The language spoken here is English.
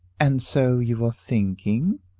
and so you were thinking